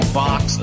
box